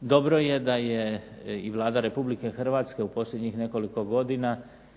Dobro je da je i Vlada Republike Hrvatske u posljednjih nekoliko godina